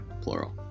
plural